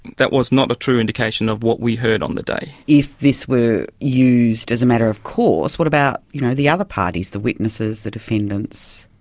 that was not a true indication of what we heard on the day. if this were used as a matter of course, what about you know the other parties, the witnesses, the defendants?